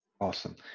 awesome